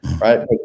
Right